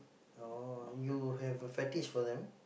orh you have a fetish for them